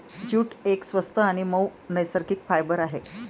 jute एक स्वस्त आणि मऊ नैसर्गिक फायबर आहे